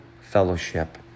fellowship